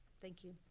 thank you.